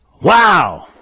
Wow